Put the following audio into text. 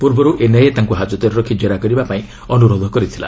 ପୂର୍ବର୍ ଏନ୍ଆଇଏ ତାଙ୍କୁ ହାଜତରେ ରଖି ଜେରା କରିବାପାଇଁ ଅନୁରୋଧ କରିଥିଲା